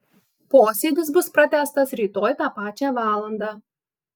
posėdis bus pratęstas rytoj tą pačią valandą